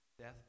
Death